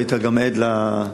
והיית גם עד לאירוע,